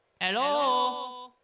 Hello